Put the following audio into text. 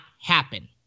happen